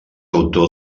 autor